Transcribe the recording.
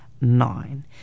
nine